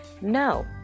No